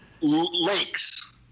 Lakes